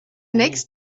next